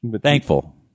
Thankful